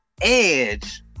edge